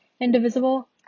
indivisible